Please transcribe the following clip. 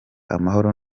amahoro